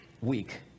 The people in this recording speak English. Week